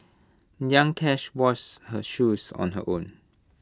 young cash washed her shoes on her own